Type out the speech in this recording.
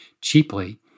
cheaply